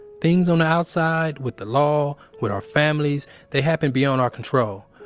things on the outside with the law, with our families, they happen beyond our control.